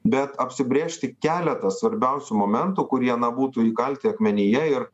bet apsibrėžti keletą svarbiausių momentų kurie na būtų įkalti akmenyje ir